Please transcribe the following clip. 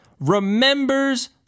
remembers